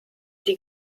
die